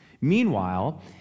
Meanwhile